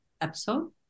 episode